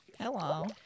Hello